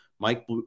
Mike